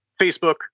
facebook